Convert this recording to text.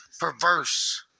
perverse